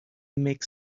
make